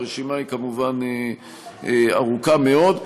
הרשימה היא כמובן ארוכה מאוד.